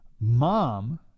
Mom